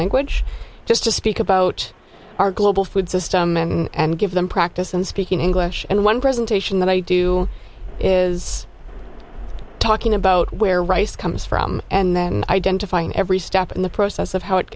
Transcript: language just to speak about our global food system and give them practice and speaking english and one presentation that i do is talking about where rice comes from and identifying every step in the process of how it